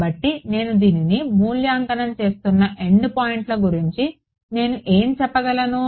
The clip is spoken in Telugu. కాబట్టి నేను దీనిని మూల్యాంకనం చేస్తున్న ఎండ్ పాయింట్స్ల గురించి నేను ఏమి చెప్పగలను